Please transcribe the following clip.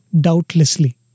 doubtlessly